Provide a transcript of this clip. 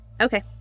okay